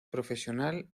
profesional